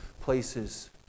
places